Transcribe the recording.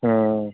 ꯎꯝ